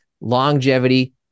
longevity